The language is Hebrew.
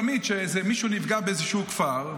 תמיד כשמישהו נפגע באיזשהו כפר,